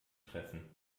treffen